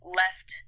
left